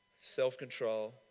self-control